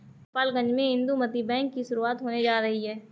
गोपालगंज में इंदुमती बैंक की शुरुआत होने जा रही है